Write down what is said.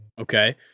Okay